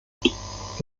das